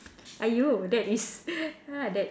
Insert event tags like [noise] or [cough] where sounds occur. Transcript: !aiyo! that is [breath] uh that